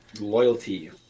Loyalty